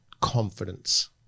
confidence